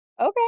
Okay